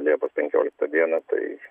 liepos penkioliktą dieną tai